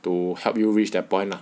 to help you reach that point lah